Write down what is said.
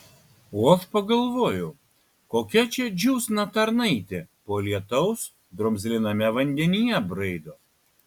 o aš pagalvojau kokia čia džiūsna tarnaitė po lietaus drumzliname vandenyje braido